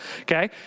Okay